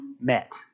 met